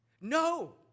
No